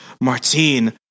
Martine